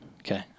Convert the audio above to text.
Okay